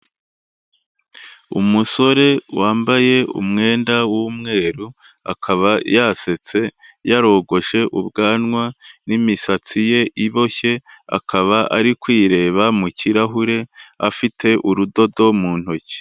Umusore wambaye umwenda w'umweru, akaba yasetse, yarogoshe ubwanwa n'imisatsi ye iboshye, akaba ari kwireba mu kirahure afite urudodo mu ntoki.